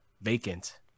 vacant